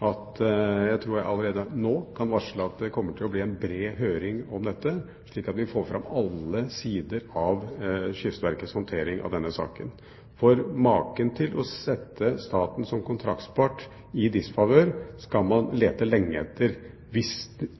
at jeg tror at jeg allerede nå kan varsle at det kommer til å bli en bred høring om dette, slik at vi får fram alle sider ved Kystverkets håndtering av denne saken. For maken til å sette staten som kontraktspart i disfavør, skal man lete lenge etter, hvis